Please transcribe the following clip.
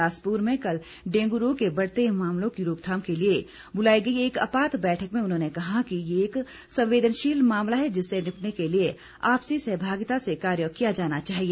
बिलासपुर में कल डेंगू रोग के बढ़ते मामलों की रोक थाम के लिए बुलाई गई एक आपात बैठक में उन्होंने कहा कि ये एक संवेदनशील मामला है जिससे निपटने के लिए आपसी सहभागिता से कार्य किया जाना चाहिए